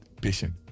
patient